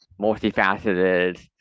multifaceted